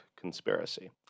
conspiracy